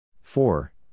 four